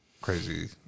crazy